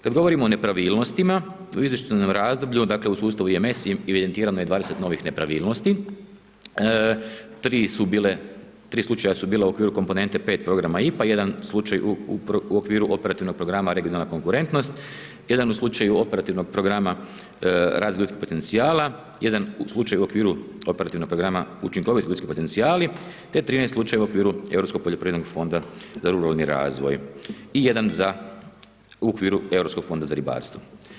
Kad govorimo o nepravilnostima u izvještajnom razdoblju, dakle, u sustavu IMS evidentirano je 20 novih nepravilnosti, 3 su bile, 3 slučaja su bila u okviru komponente 5 programa IPA, jedan slučaj u okviru operativnog programa regionalna konkurentnost, jedan u slučaju operativnog programa razvoj ljudskih potencijala, jedan u slučaju u okviru operativnog programa učinkovitost ljudski potencijali, te 13 slučajeva u okviru Europskog poljoprivrednog fonda za ruralni razvoj i jedan za, u okviru Europskog fonda za ribarstvo.